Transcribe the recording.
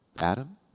Adam